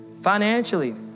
financially